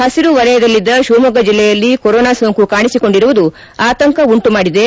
ಹಸಿರು ವಲಯದಲ್ಲಿದ್ದ ಶಿವಮೊಗ್ಗ ಜಿಲ್ಲೆಯಲ್ಲಿ ಕೊರೊನಾ ಸೋಂಕು ಕಾಣಿಸಿಕೊಂಡಿರುವುದು ಆತಂಕ ಉಂಟುಮಾಡಿದೆ